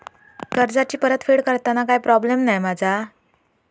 कर्जाची फेड करताना काय प्रोब्लेम नाय मा जा?